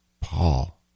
Paul